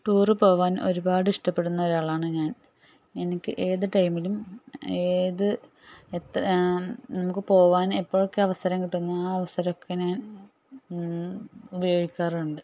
tour പോകാൻ ഒരുപാട് ഇഷ്ടപ്പെടുന്ന ഓരാളാണ് ഞാൻ എനിക്ക് ഏത് ടൈമിലും ഏത് എത്ര നമുക്ക് പോകാനൊക്കെ എപ്പോഴൊക്കെ അവസരം കിട്ടുന്നോ ആ അവസരമൊക്കെ ഞാൻ ഉപയോഗിക്കാറുണ്ട്